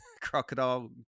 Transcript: Crocodile